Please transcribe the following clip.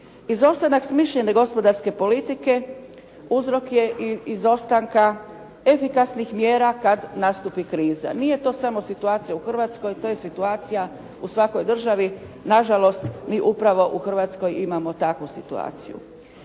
Izostanak smišljene gospodarske politike uzrok je i izostanka efikasnih mjera kad nastupi kriza. Nije to samo situacija u Hrvatskoj, to je situacija u svakoj državi, nažalost mi upravo u Hrvatskoj imamo takvu situaciju.